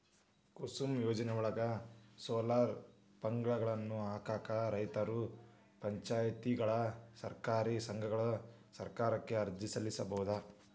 ಕುಸುಮ್ ಯೋಜನೆಯೊಳಗ, ಸೋಲಾರ್ ಪಂಪ್ಗಳನ್ನ ಹಾಕಾಕ ರೈತರು, ಪಂಚಾಯತ್ಗಳು, ಸಹಕಾರಿ ಸಂಘಗಳು ಸರ್ಕಾರಕ್ಕ ಅರ್ಜಿ ಸಲ್ಲಿಸಬೋದು